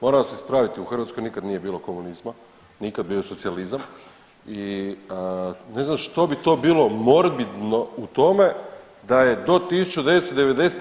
Moram vas ispraviti u Hrvatskoj nikad nije bilo komunizma, bio je socijalizam i ne znam što bi to bilo morbidno u tome da je do 1990.